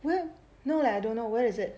where no leh I don't know where is it